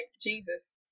Jesus